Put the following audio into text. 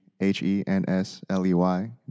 h-e-n-s-l-e-y